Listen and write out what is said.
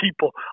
people